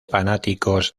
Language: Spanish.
fanáticos